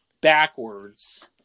backwards